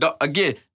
Again